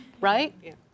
right